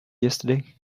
yesterday